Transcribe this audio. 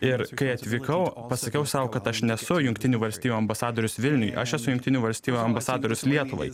ir kai atvykau pasakiau sau kad aš nesu jungtinių valstijų ambasadorius vilniuj aš esu jungtinių valstijų ambasadorius lietuvai